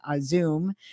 Zoom